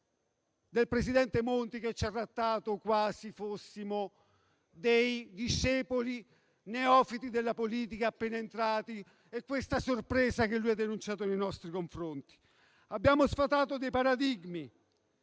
del presidente Monti, che ci ha trattato quasi come fossimo dei discepoli, neofiti della politica appena entrati, con la sorpresa che ha denunciato nei nostri confronti. Abbiamo sfatato dei paradigmi,